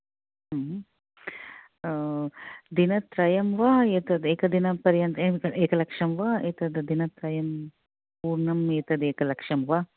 दिनत्रयं वा एतत् एकदिनपर्यन्तं एकलक्षं वा दिनत्रयं पूर्णं एतदेकलक्षं वा